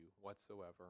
whatsoever